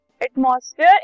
atmosphere